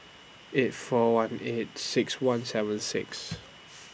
eight four one eight six one seven six